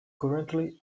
currently